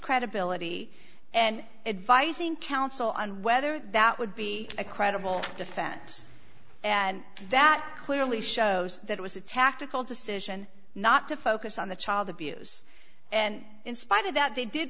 credibility and advising counsel on whether that would be a credible defense and that clearly shows that it was a tactical decision not to focus on the child abuse and in spite of that they did